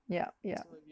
yup yup